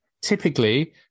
typically